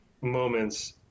moments